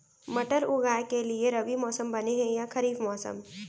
मटर उगाए के लिए रबि मौसम बने हे या खरीफ मौसम?